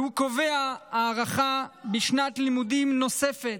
והוא קובע הארכה בשנת לימודים נוספת,